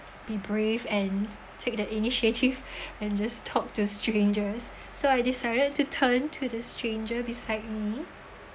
be brave and take the initiative and just talk to strangers so I decided to turn to the stranger beside me